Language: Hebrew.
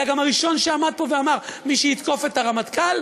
אלא גם הראשון שעמד פה ואמר: מי שיתקוף את הרמטכ"ל,